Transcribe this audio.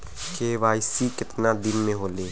KYC कितना दिन में होले?